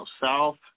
south